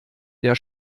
der